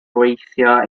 gweithio